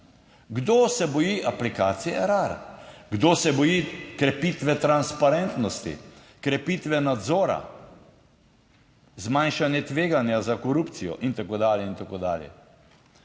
Kdo se boji aplikacije Erar? Kdo se boji krepitve transparentnosti, krepitve nadzora, zmanjšanje tveganja za korupcijo in tako dalje in tako dalje.